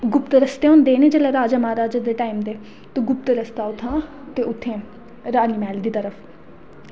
गुप्त रस्ते होंदे हे निं जेल्लै राजा म्हाराजा दे टैम डऊघशआ़ दे ते गुप्त रस्ता उत्थां ते उत्थें रानी महल दी तरफ